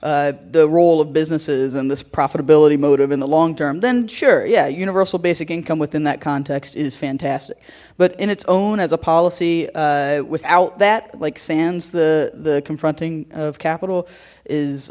reshape the role of businesses and this profitability motive in the long term then sure yeah universal basic income within that context is fantastic but in its own as a policy without that like sans the the confronting of capital is